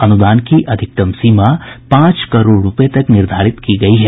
अनुदान की अधिकतम सीमा पांच करोड़ रूपये तक निर्धारित की गयी है